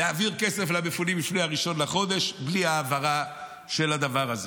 להעביר כסף למפונים לפני 1 בחודש בלי העברה של הדבר הזה.